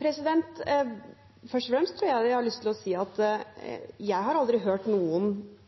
Først og fremst har jeg lyst til å si at jeg aldri har hørt noen